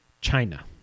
China